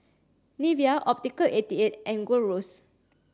Nivea Optical eighty eight and Gold Roast